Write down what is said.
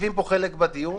יושבים פה חלק בדיון.